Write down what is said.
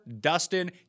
Dustin